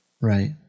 Right